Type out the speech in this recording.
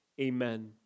amen